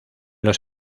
los